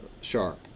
sharp